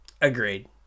Agreed